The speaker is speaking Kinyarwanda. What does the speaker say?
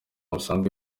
busanzwe